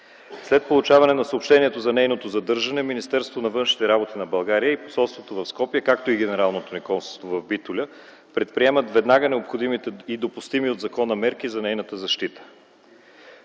След получаване на съобщението за нейното задържане, Министерството на външните работи на България и посолството в Скопие, както и Генералното ни консулство в Битоля, предприемат веднага необходимите и допустими от закона мерки за нейната защита.